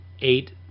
eight